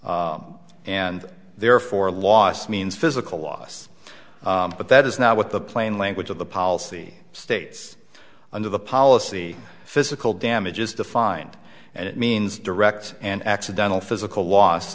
and therefore loss means physical loss but that is not what the plain language of the policy states under the policy physical damage is defined and it means direct and accidental physical loss